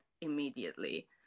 immediately